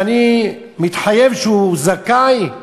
ואני מתחייב שהוא זכאי.